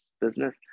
business